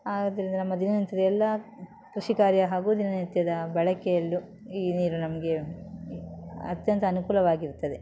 ಆದ್ದರಿಂದ ನಮ್ಮ ದಿನನಿತ್ಯದ ಎಲ್ಲ ಕೃಷಿ ಕಾರ್ಯ ಹಾಗೂ ದಿನನಿತ್ಯದ ಬಳಕೆಯಲ್ಲೂ ಈ ನೀರು ನಮಗೆ ಅತ್ಯಂತ ಅನುಕೂಲವಾಗಿರ್ತದೆ